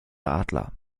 adler